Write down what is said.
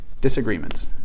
Disagreements